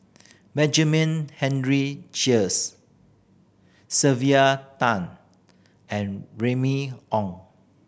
Benjamin Henry Sheares Sylvia Tan and Remy Ong